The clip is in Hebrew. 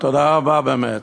תודה רבה באמת.